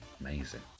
amazing